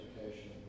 education